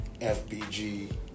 FBG